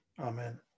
Amen